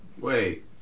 Wait